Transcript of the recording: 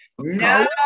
No